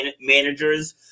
managers